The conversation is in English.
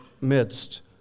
midst